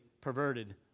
perverted